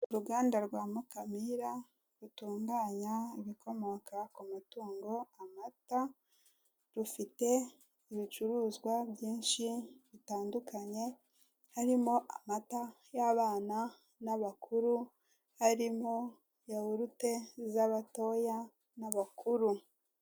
Uruganda rwa Mukamira rutunganya ibikomoka ku matungo amata rufite ibicuruzwa byinshi bitandukanye harimo amata y'abana n'abakuru harimo yawurute z'abatoya n'abakuru.